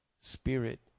spirit